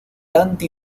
anti